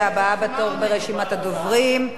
הבאה בתור ברשימת הדוברים,